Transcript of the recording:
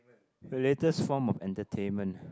the latest form of entertainment